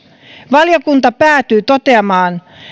valiokunta päätyi toteamaan